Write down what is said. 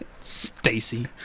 Stacy